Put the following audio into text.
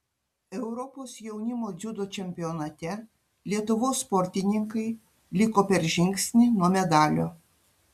europos jaunimo dziudo čempionate lietuvos sportininkai liko per žingsnį nuo medalio